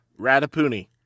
Ratapuni